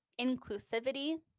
inclusivity